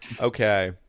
Okay